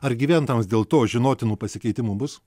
ar gyventojams dėl to žinotinų pasikeitimų bus